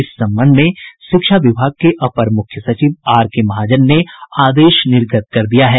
इस संबंध में शिक्षा विभाग के अपर मुख्य सचिव आर के महाजन ने आदेश निर्गत कर दिया है